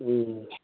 ꯎꯝ